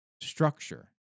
structure